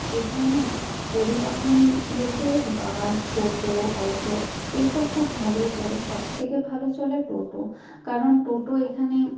এখানে পরিবহন বলতে বাস টোটো অটো এইসব খুব ভালোই চলে সব থেকে ভালো চলে টোটো কারণ টোটো এখানে